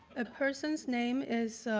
a person's name is